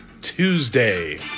Tuesday